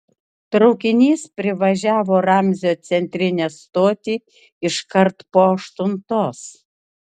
traukinys privažiavo ramzio centrinę stotį iškart po aštuntos